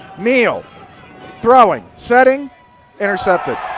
meehl throwing, setting intercepted.